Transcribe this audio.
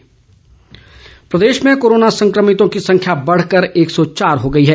corona update प्रदेश में corona संक्रमितों की संख्या बढ़कर एक सौ चार हो गई है